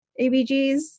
ABGs